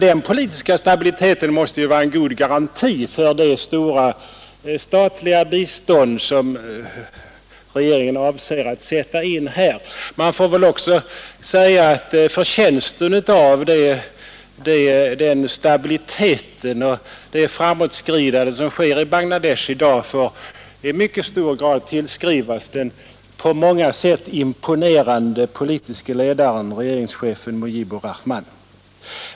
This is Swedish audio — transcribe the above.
Den politiska stabiliteten måste vara en god garanti för det stora statliga bistånd som regeringen avser att sätta in här. Man får väl också säga att förtjänsten av den stabiliteten och det framåtskridande som sker i Bangladesh i mycket hög grad kan tillskrivas den på många sätt imponerande politiske ledaren, regeringschefen Mujibur Rahman.